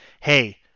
hey